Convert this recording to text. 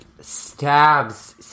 stabs